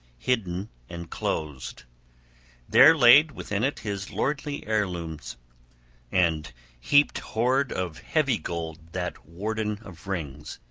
hidden and closed there laid within it his lordly heirlooms and heaped hoard of heavy gold that warden of rings.